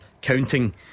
counting